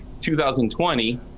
2020